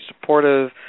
supportive